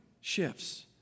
shifts